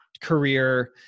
career